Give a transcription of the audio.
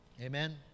Amen